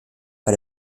bei